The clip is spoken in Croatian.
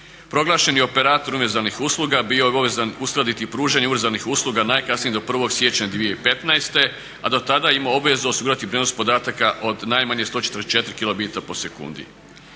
Proglašen je operator uvezanih usluga bio obavezan uskladiti pružanje univerzalnih usluga najkasnije do 1. siječnja 2015., a do tada je imamo obavezu osigurati prijenos podataka od najmanje 144